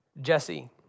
Jesse